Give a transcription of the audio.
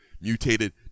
mutated